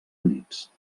units